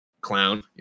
clown